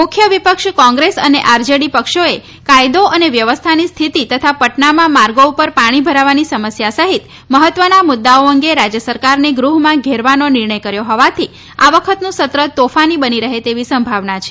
મુખ્ય વિપક્ષ કોંગ્રેસ અને આરજેડી પક્ષોએ કાયદો અને વ્યવસ્થાની સ્થિતિ તથા પટનામાં માર્ગો ઉપર પાણી ભરાવાની સમસ્યા સહિત મહત્વના મુદ્દાઓ અંગે રાજ્ય સરકારને ગૃહમાં ઘેરવાનો નિર્ણય કર્યો હોવાથી આ વખતનું સત્ર તોફાની બની રહે તેવી સંભાવના છે